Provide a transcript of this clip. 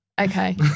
Okay